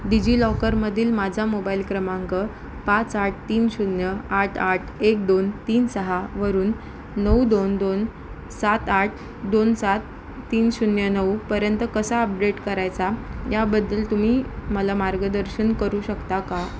डिजिलॉकरमधील माझा मोबाईल क्रमांक पाच आठ तीन शून्य आठ आठ एक दोन तीन सहावरून नऊ दोन दोन सात आठ दोन सात तीन शून्य नऊपर्यंत कसा अपडेट करायचा याबद्दल तुम्ही मला मार्गदर्शन करू शकता का